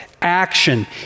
action